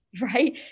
right